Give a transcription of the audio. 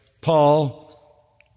Paul